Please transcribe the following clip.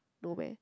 no meh